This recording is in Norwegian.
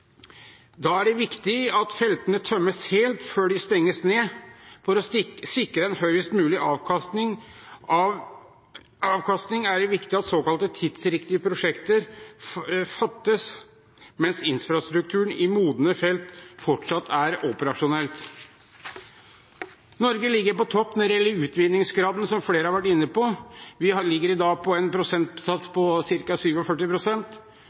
er det viktig at feltene tømmes helt før de stenges ned. For å sikre en høyest mulig avkastning er det viktig at vedtak om såkalt tidsriktige prosjekter fattes mens infrastrukturen i modne felt fortsatt er operasjonell. Norge ligger på topp når det gjelder utvinningsgraden, som flere har vært inne på. Vi ligger i dag på en prosentsats på